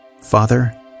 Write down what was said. Father